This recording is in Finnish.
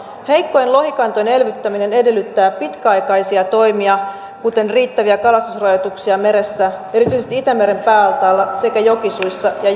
heikkojen lohikantojen elvyttäminen edellyttää pitkäaikaisia toimia kuten riittäviä kalastusrajoituksia meressä erityisesti itämeren pääaltaalla sekä jokisuissa ja